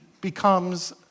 becomes